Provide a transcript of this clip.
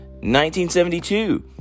1972